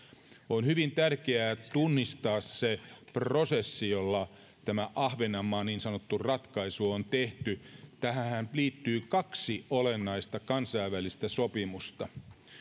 on hyvin tärkeää tunnistaa se prosessi jolla tämä ahvenanmaan niin sanottu ratkaisu on tehty tähänhän liittyy kaksi olennaista kansainvälistä sopimusta